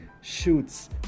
shoots